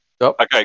Okay